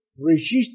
register